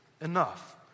enough